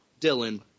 Dylan